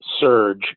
surge